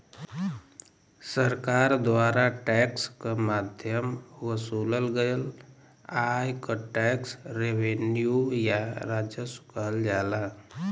सरकार द्वारा टैक्स क माध्यम वसूलल गयल आय क टैक्स रेवेन्यू या राजस्व कहल जाला